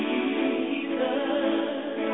Jesus